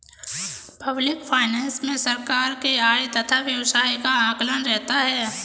public finance मे सरकार के आय तथा व्यय का आकलन रहता है